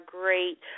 great